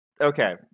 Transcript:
Okay